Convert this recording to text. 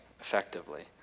effectively